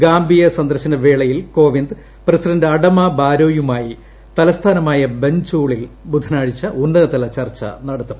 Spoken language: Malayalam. ഗാംബിയ സന്ദർശന വേളയിൽ കോവിന്ദ് പ്രസിഡന്റ് അഡമാ ബാരോയുമായി തലസ്ഥാനമായ ബഞ്ചൂളിൽ ബുധനാഴ്ച ഉന്നതതല ചർച്ച നടത്തും